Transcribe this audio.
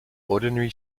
ordinary